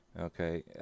okay